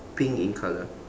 pink in colour